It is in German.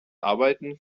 arbeiten